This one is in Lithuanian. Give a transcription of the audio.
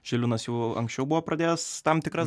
žilvinas jau anksčiau buvo pradėjęs tam tikras